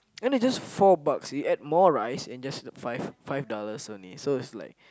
then it's just four bucks you add more rice and just five dollars only so it's like